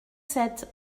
sept